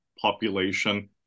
population